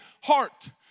heart